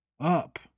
up